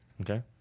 Okay